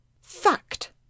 Fact